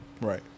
Right